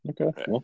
Okay